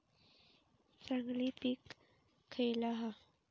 चांगली पीक खयला हा?